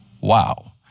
Wow